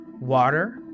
water